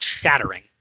shattering